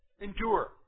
Endure